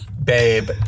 Babe